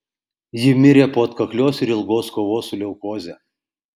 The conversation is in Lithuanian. ji mirė po atkaklios ir ilgos kovos su leukoze